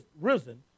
risen